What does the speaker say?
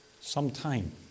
sometime